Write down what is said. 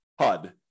HUD